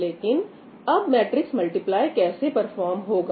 लेकिन अब matrix multiply कैसे परफॉर्म होगा